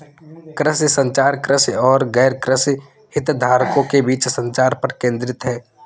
कृषि संचार, कृषि और गैरकृषि हितधारकों के बीच संचार पर केंद्रित है